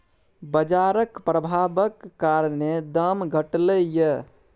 बजारक प्रभाबक कारणेँ दाम घटलै यै